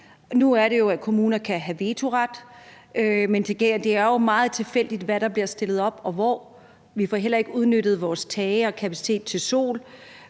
Nu er det jo sådan, at kommuner kan have vetoret, men det er jo meget tilfældigt, hvad der bliver stillet op og hvor, og vi får heller ikke udnyttet vores tage og anden kapacitet til